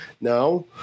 now